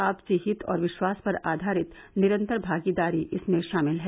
आपसी हित और विश्वास पर आधारित निरंतर भागीदारी इसमें शामिल है